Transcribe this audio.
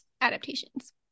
adaptations